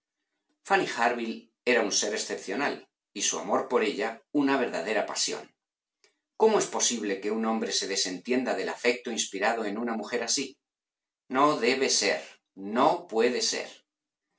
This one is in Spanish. fanny harville era un ser excepcional y su amor por ella una verdadera pasión cómo es posible que un hombre se desentienda del afecto inspirado en una mujer así no debe ser no puede ser